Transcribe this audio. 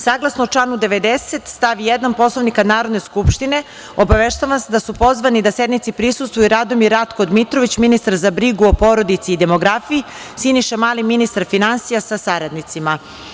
Saglasno članu 90. stav 1. Poslovnika Narodne skupštine, obaveštavam vas da su pozvani da sednici prisustvuju: Radomir Ratko Dmitrović, ministar za brigu o porodici i demografiji, i Siniša Mali, ministar finansija, sa saradnicima.